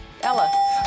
Ella